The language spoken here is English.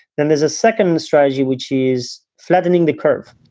then there's a second strategy which is flattening the curve,